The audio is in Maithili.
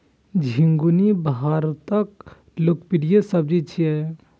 झिंगुनी भारतक लोकप्रिय सब्जी छियै